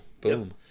Boom